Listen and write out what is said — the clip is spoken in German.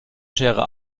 schere